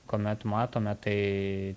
kuomet matome tai